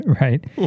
Right